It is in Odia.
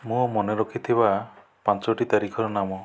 ମୁଁ ମନେରଖି ଥିବା ପାଞ୍ଚଟି ତାରିଖର ନାମ